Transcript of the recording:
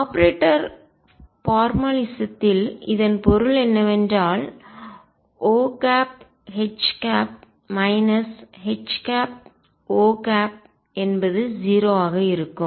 operator ஃபார்மலிசத்தில் இதன் பொருள் என்னவென்றால் OH HO என்பது 0 ஆக இருக்கும்